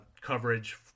coverage